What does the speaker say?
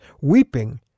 Weeping